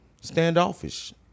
standoffish